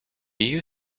you